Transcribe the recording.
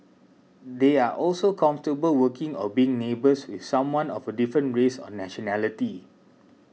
they are also comfortable working or being neighbours with someone of a different race or nationality